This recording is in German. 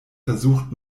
versucht